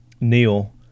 Neil